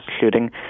shooting